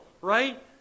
right